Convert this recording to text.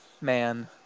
man